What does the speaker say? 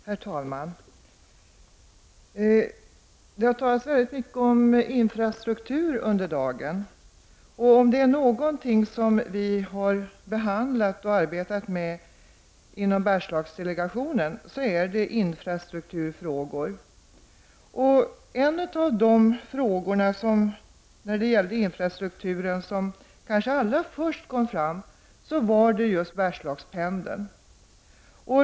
Herr talman! Det har under dagens debatt talats väldigt mycket om infrastrukturen, och om det är något som vi har behandlat och arbetat med inom Bergslagsdelegationen, är det infrastrukturfrågor. En av de frågor rörande infrastrukturen som allra först kom upp var just Bergslagspendeln.